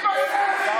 חבר הכנסת עודה, תודה.